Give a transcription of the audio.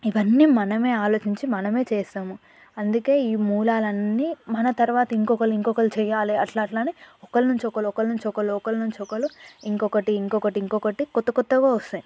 ఇవన్నీ మనమే ఆలోచించి మనమే చేస్తామ అందుకే ఈ మూలాలన్నీ మన తర్వాత ఇంకొకళ్ళు ఇంకొకళ్ళు చెయ్యాలి అట్లా అట్లా అని ఒకళనుంచి ఒకళ్ళు ఒకళనుంచి ఒకళ్ళు ఒకళనుంచి ఒకళ్ళు ఇంకొకటి ఇంకొకటి ఇంకొకటి కొత్త కొత్తగా వస్తాయి